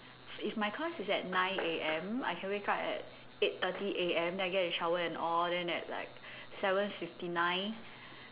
if my class is at nine A_M I can wake up at eight thirty A_M then I get to shower and all then at like seven fifty nine